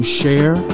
share